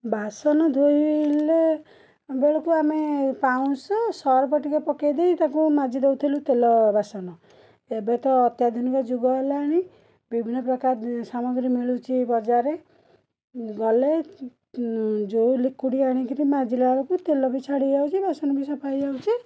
ବାସନ ଧୋଇଲେ ବେଳକୁ ଆମେ ପାଉଁଶ ସର୍ଫ ଟିକେ ପକାଇ ଦେଇ ତାକୁ ମାଜି ଦେଉଥିଲୁ ତେଲ ବାସନ ଏବେ ତ ଅତ୍ୟାଧୁନିକ ଯୁଗ ହେଲାଣି ବିଭିନ୍ନ ପ୍ରକାର ସାମଗ୍ରୀ ମିଳୁଛି ବଜାରରେ ଗଲେ ଯେଉଁ ଲିକ୍ୟୁଇଡ଼୍ ଆଣିକି ମାଜିଲା ବେଳକୁ ତେଲ ବି ଛାଡ଼ି ଯାଉଛି ବାସନ ବି ସଫା ହେଇଯାଉଛି